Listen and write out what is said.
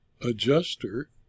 adjuster